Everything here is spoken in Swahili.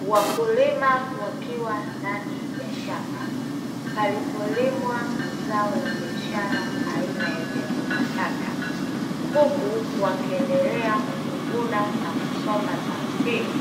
Wakulima wakiwa ndani ya shamba palipolimwa zao la biashara aina ya viazi mbatata huku wakiendelea kuvuna na kusomba zao hilo